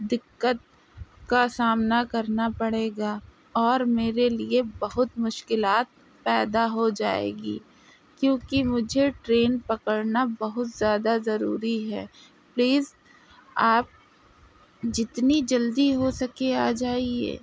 دقت کا سامنا کرنا پڑے گا اور میرے لیے بہت مشکلات پیدا ہوجائیں گی کیوں کہ مجھے ٹرین پکڑنا بہت زیادہ ضروری ہے پلیز آپ جتنی جلدی ہو سکے آ جائیے